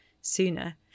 sooner